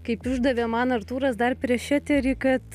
kaip išdavė man artūras dar prieš eterį kad